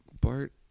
Bart